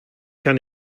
kann